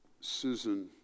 Susan